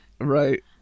Right